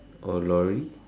or lorry